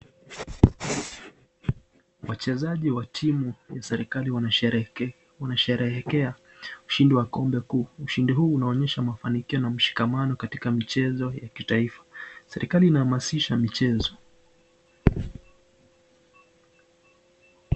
Wachezaji wa timu ya serikali wanasherehekea ushindi wa kombe kuu. Ushindi unaonyesha mafanikio na mshikamano katika mchezo ya kitaifa. Serikali inahamasisha michezo.